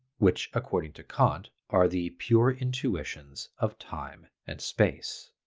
which according to kant are the pure intuitions of time and space.